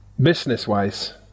business-wise